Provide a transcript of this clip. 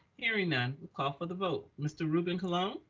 hearing none we'll call for the vote. mr. ruben colon.